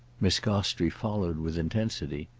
miss gostrey followed with intensity.